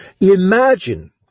Imagine